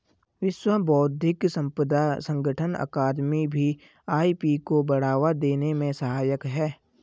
विश्व बौद्धिक संपदा संगठन अकादमी भी आई.पी को बढ़ावा देने में सहायक है